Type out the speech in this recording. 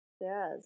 Yes